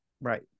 Right